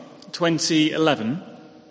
2011